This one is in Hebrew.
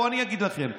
בואו, אני אגיד לכם: